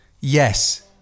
yes